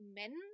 men